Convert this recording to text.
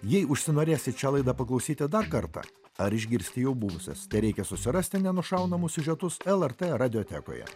jei užsinorėsit šią laidą paklausyti dar kartą ar išgirsti jau buvusias tereikia susirasti nenušaunamus siužetus lrt radiotekoje